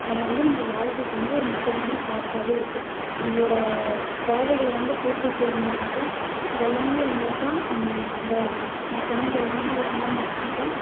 அதை வந்து நம்ம வாழ்க்கைக்கு வந்து ஒரு முக்கியமான பார்ட்டாகவே இருக்குது நம்மளோட தேவைகளை வந்து பூர்த்தி செய்யணும்னாக்கா இது எல்லாமே இருந்தால் தான் இந்த நான் சொன்னது எல்லாமே இருந்தால் மட்டும் தான்